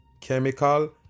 Chemical